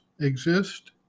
exist